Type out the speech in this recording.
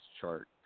chart